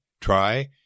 try